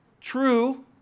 true